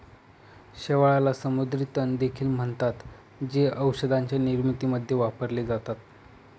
शेवाळाला समुद्री तण देखील म्हणतात, जे औषधांच्या निर्मितीमध्ये वापरले जातात